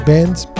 Bands